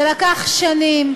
זה לקח שנים,